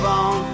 on